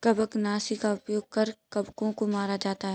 कवकनाशी का उपयोग कर कवकों को मारा जाता है